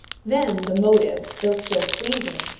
then the motive, though still pleasing,